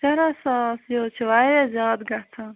شُراہ ساس یہِ حظ چھُ واریاہ زیادٕ گژھان